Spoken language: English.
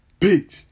bitch